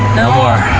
no more.